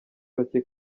bake